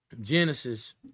Genesis